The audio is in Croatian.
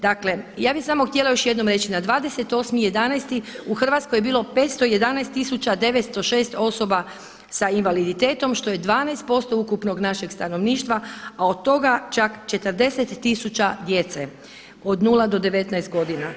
Dakle, ja bih samo htjela još jednom reći, na 28.11. u Hrvatskoj je bilo 511 tisuća 906 osoba sa invaliditetom što je 12% ukupnog našeg stanovništva a od toga čak 40 tisuća djece od 0-19 godina.